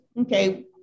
Okay